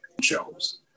shows